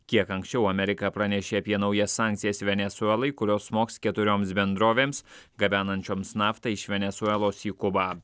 kiek anksčiau amerika pranešė apie naujas sankcijas venesuelai kurios smogs keturioms bendrovėms gabenančioms naftą iš venesuelos į kubą